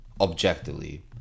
objectively